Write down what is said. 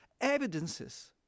evidences